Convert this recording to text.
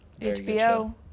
hbo